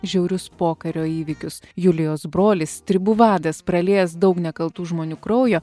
žiaurius pokario įvykius julijos brolis stribų vadas praliejęs daug nekaltų žmonių kraujo